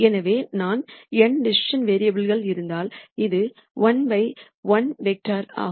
எனவே நான் n decision வேரியபுல்கள் இருந்தால் இது 1 by 1 வெக்டார் ஆகும்